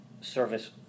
service